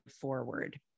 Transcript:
forward